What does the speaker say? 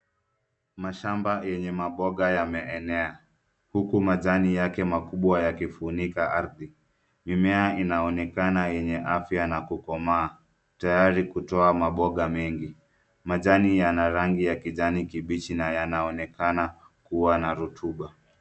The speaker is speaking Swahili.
Mashamba yenye maboga yameenea huku majani yake makubwa yakifunika arthi. Mimea inaonekana yenye afya na kukomaa tayari kutoa maboga mengi. Majani yana rangi ya kijani kibichi na yanaonekana kuwa na rutuba